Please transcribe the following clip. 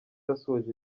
yasoje